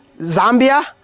Zambia